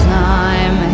time